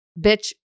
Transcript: bitch